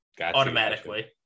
automatically